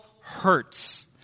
hurts